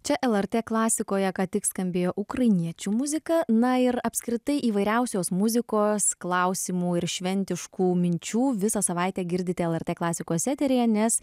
čia lrt klasikoje ką tik skambėjo ukrainiečių muzika na ir apskritai įvairiausios muzikos klausimų ir šventiškų minčių visą savaitę girdite lrt klasikos eteryje nes